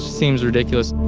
seems ridiculous.